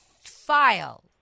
file